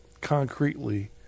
concretely